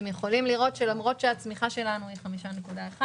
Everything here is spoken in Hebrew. אתם יכולים לראות שלמרות שהצמיחה שלנו היא 5.1%